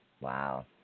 Wow